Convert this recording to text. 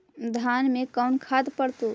धान मे कोन खाद पड़तै?